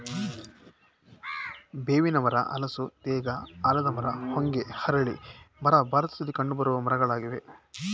ಬೇವಿನ ಮರ, ಹಲಸು, ತೇಗ, ಆಲದ ಮರ, ಹೊಂಗೆ, ಅರಳಿ ಮರ ಭಾರತದಲ್ಲಿ ಕಂಡುಬರುವ ಮರಗಳಾಗಿವೆ